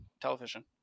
television